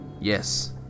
Yes